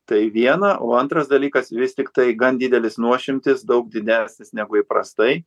tai viena o antras dalykas vis tiktai gan didelis nuošimtis daug didesnis negu įprastai